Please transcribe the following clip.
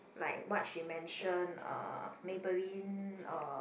like what she mention uh Maybelline uh